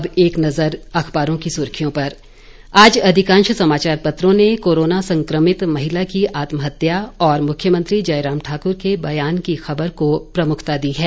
अब एक नजर अखबारों की सुर्खियों पर आज अधिकांश समाचार पत्रों ने कोरोना संक्रमित महिला की आत्महत्या और मुख्यमंत्री जयराम ठाकुर के बयान की खबर को प्रमुखता दी है